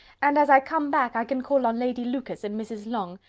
and as i come back, i can call on lady lucas and mrs. long.